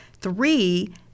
Three